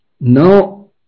Now